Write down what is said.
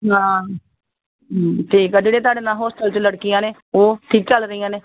ਹਾਂ ਠੀਕ ਆ ਜਿਹੜੇ ਤੁਹਾਡੇ ਨਾਲ ਹੋਸਟਲ 'ਚ ਲੜਕੀਆਂ ਨੇ ਉਹ ਠੀਕ ਚੱਲ ਰਹੀਆਂ ਨੇ